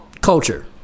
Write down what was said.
Culture